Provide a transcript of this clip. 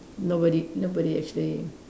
nobody nobody actually